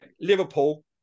Liverpool